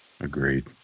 Agreed